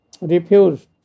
refused